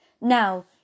Now